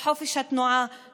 לחופש התנועה,